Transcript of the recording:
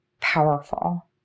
powerful